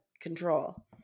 control